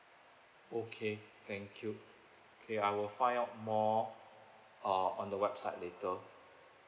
okay thank you K I will find out more uh on the website later